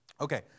Okay